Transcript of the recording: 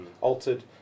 altered